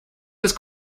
des